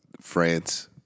France